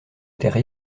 étaient